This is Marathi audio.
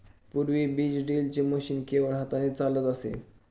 पूर्वी बीज ड्रिलचे मशीन केवळ हाताने चालत असे